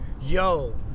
yo